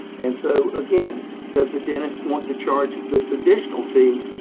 and so again, does a dentist want to charge this additional fee?